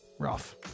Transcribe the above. Rough